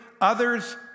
others